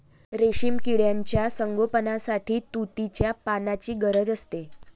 रेशीम किड्यांच्या संगोपनासाठी तुतीच्या पानांची गरज असते